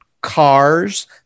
Cars